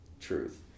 truth